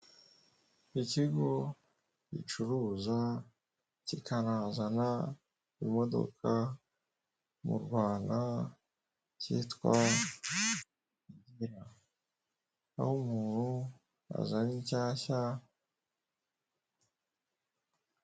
Ikigo gicuruza kikanazana imodoka mu rwanda cyitwa aho umuntu azana inshyashya.